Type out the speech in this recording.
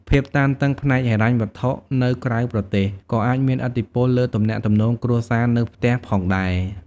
ភាពតានតឹងផ្នែកហិរញ្ញវត្ថុនៅក្រៅប្រទេស ក៏អាចមានឥទ្ធិពលលើទំនាក់ទំនងគ្រួសារនៅផ្ទះផងដែរ។